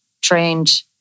trained